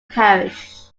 parish